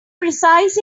precise